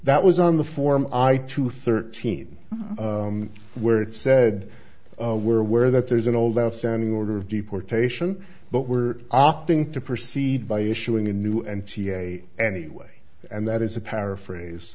that was on the form i two thirteen where it said were aware that there is an old outstanding order of deportation but were opting to proceed by issuing a new m t a anyway and that is a paraphrase